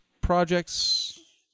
projects